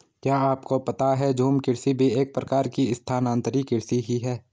क्या आपको पता है झूम कृषि भी एक प्रकार की स्थानान्तरी कृषि ही है?